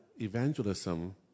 evangelism